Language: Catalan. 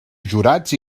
jurats